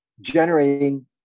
generating